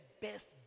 best